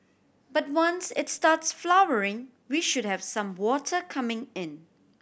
but once it starts flowering we should have some water coming in